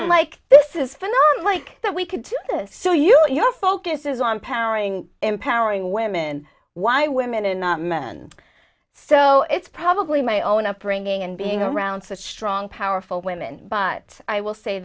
then like this is fun i like that we could do this so you your focus is on powering empowering women why women and men so it's probably my own upbringing and being around such strong powerful women but i will say